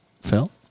Phil